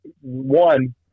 one